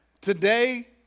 today